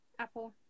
Apple